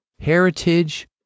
heritage